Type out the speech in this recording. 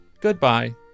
Goodbye